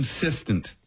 consistent